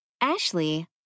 Ashley